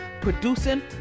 producing